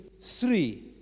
three